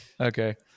Okay